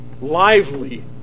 lively